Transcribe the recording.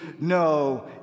no